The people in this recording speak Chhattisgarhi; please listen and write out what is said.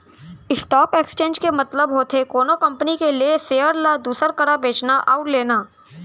स्टॉक एक्सचेंज के मतलब होथे कोनो कंपनी के लेय सेयर ल दूसर करा बेचना अउ लेना